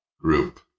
group